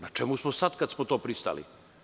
Na čemu smo sada kada smo na to pristali?